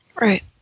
Right